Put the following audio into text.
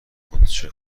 منتشر